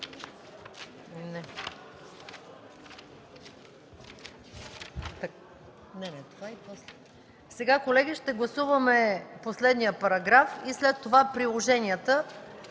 Колеги, сега ще гласуваме последния параграф и след това приложенията.